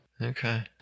Okay